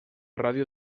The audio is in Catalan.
ràdio